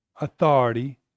authority